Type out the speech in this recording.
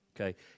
okay